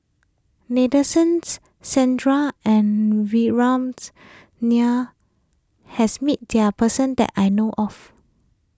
Nadasen Chandra and Nair has met this person that I know of